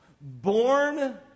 born